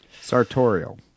Sartorial